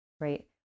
right